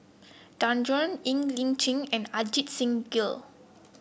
Danaraj Ng Li Chin and Ajit Singh Gill